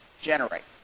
generate